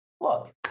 Look